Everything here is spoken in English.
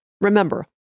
Remember